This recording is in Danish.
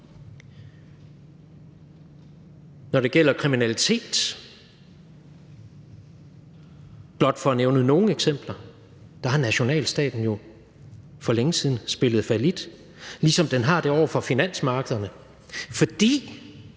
når det gælder kriminalitet, for blot at nævne nogle eksempler, så har nationalstaten jo for længe siden spillet fallit. Ligesom den har det over for finansmarkederne, fordi